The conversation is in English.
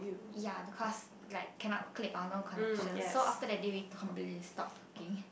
ya because like cannot click or no connection so after that day we completely stop talking